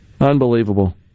Unbelievable